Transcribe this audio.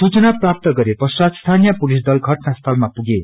सूचना प्राप्त गरे पश्चात स्थानीय पुलिस दल घटनास्थलमा पुगे